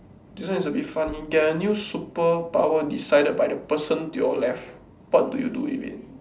this one is a bit funny get a new superpower decided by the person to your left what do you do with it